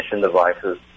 devices